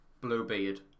Bluebeard